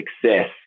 success